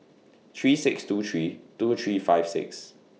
three six two three two three five six